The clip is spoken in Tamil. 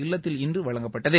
இல்லத்தில் இன்று வழங்கப்பட்டது